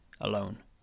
alone